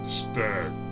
stack